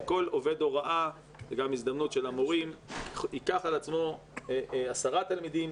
שכל עובד הוראה זו גם הזדמנות של המורים ייקח על עצמו 10 תלמידים,